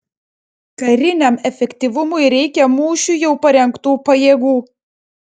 kariniam efektyvumui reikia mūšiui jau parengtų pajėgų